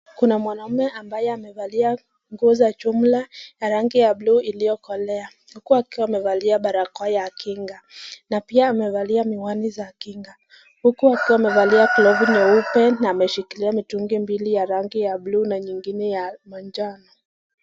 Kuna mwanaume amevalia nguzo za jumla ya rangi ya blue iliyokolea, huku akiwa amevalia barakoa ya kinga na pia amevalia miwani za kinga, huku akiwa amevalia glovu nyeupe na ameshikilia mitungi mbili ya rangi ya blue na nyingine ya manjano.